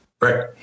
Right